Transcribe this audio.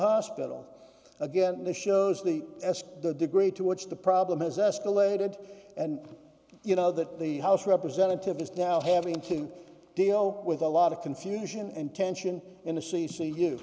hospital again the shows the test the degree to which the problem is escalated and you know that the house representative is now having to deal with a lot of confusion and tension in the c c u